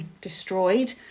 destroyed